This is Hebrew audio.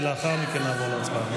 ולאחר מכן נעבור להצבעה.